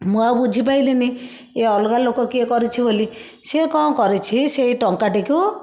ମୁଁ ଆଉ ବୁଝିପାଇଲିନି ଏ ଅଲଗା ଲୋକ କିଏ କରିଛି ବୋଲି ସେ କ'ଣ କରିଛି ସେ ଟଙ୍କାଟି କୁ